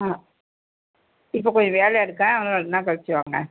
அ இப்போ கொஞ்சம் வேலை இருக்க இன்னும் ரெண்டுநாள் கழிச்சு வாங்க